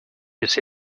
use